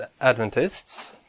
Adventists